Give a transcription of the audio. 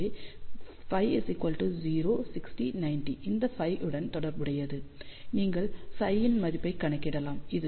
எனவே Φ0 60 90 இந்த Φ உடன் தொடர்புடையது நீங்கள் ψ ன் மதிப்பைக் கணக்கிடலாம்